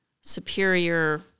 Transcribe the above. superior